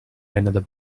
another